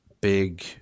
big